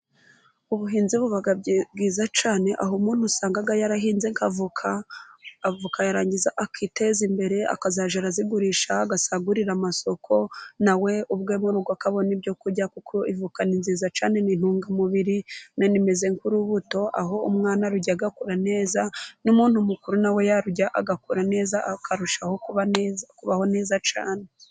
Ubuhinzi buba bwiza cyane, aho umuntu usanga yarahinze nka avoka. Avoka yarangiza akiteza imbere akazajya arazigurisha ,agasagurira amasoko na we ubwe mu rugo akabona ibyo kurya kuko avoka ni nziza cyane ni intungamubiri . Imeze nk'urubuto ,aho umwana ayirya agakura neza n'umuntu mukuru na we yayirya agakura neza, akarushaho kubaho neza cyane.